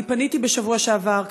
פניתי בשבוע שעבר,